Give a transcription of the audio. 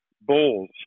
bowls